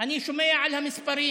אני שומע על המספרים